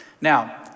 Now